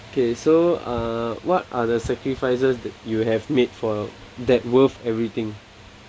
okay so uh what are the sacrifices that you have made for that worth everything